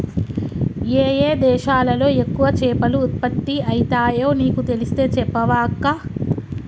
ఏయే దేశాలలో ఎక్కువ చేపలు ఉత్పత్తి అయితాయో నీకు తెలిస్తే చెప్పవ అక్కా